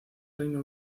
reino